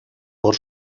por